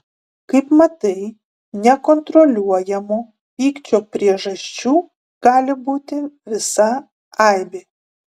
kaip matai nekontroliuojamo pykčio priežasčių gali būti visa aibė